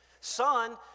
Son